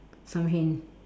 some hint